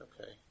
Okay